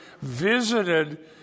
visited